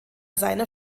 seiner